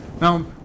Now